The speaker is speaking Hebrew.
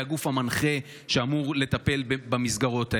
היא הגוף המנחה שאמור לטפל במסגרות האלה,